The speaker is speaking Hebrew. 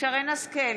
שרן מרים השכל,